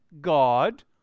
God